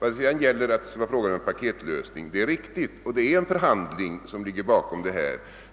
Det är riktigt att förhandlingar har föregått det förslag som nu har lagts fram.